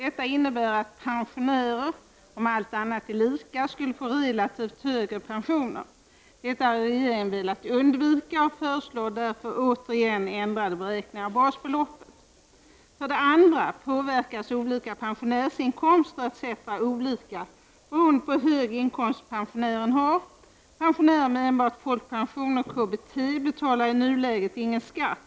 Detta innebär att pensionärer — om allt annat är oförändrat — skulle få relativt högre pensioner. Detta har regeringen velat undvika och föreslår därför återigen ändrade beräkningar av basbeloppet. För det andra påverkas olika pensionärsinkomster etc. olika beroende på hur hög inkomst pensionären har. Pensionärer med enbart folkpension och KBT betalar i nuläget ingen skatt.